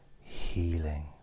healing